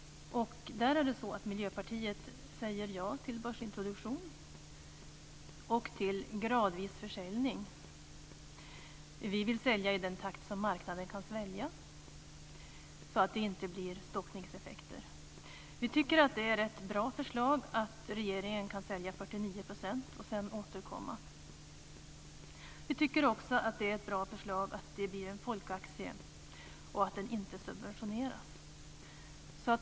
Miljöpartiet säger ja till börsintroduktion och till gradvis försäljning. Vi vill sälja i den takt som marknaden kan svälja, så att det inte blir stockningseffekter. Vi tycker att det är ett bra förslag att regeringen kan sälja 49 % och sedan återkomma. Vi tycker också att det är bra förslag att det blir en folkaktie och att den inte subventioneras.